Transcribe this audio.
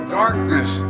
darkness